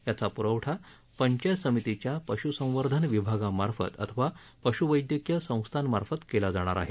याचा प्रवठा पंचायत समितीच्या पशू संवर्धन विभागामार्फत अथवा पशू वैद्यकीय संस्थांमार्फत केला जाणार आहे